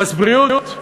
מס בריאות,